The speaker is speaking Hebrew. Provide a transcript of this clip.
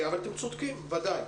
אבל אתם צודקים, בוודאי.